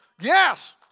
Yes